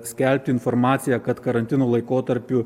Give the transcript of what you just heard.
skelbti informaciją kad karantino laikotarpiu